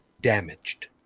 damaged